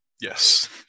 yes